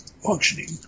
functioning